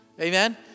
Amen